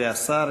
והשר,